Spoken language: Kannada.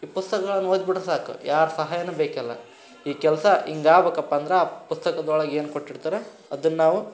ಈ ಪುಸ್ತಕಗಳನ್ನು ಓದಿಬಿಟ್ರೆ ಸಾಕು ಯಾರ ಸಹಾಯನೂ ಬೇಕಿಲ್ಲ ಈ ಕೆಲಸ ಹೀಗಾಬೇಕಪ್ಪ ಅಂದ್ರೆ ಆ ಪುಸ್ತಕದೊಳಗೇನು ಕೊಟ್ಟಿರ್ತಾರೆ ಅದನ್ನು ನಾವು